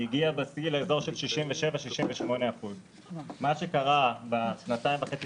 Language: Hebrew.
היא הגיע בשיא לאזור של 68-67%. מה שקרה בשנתיים וחצי